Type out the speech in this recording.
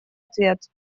ответ